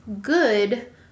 good